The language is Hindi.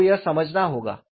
आपको यह समझना होगा